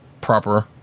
proper